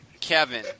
Kevin